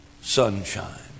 sunshine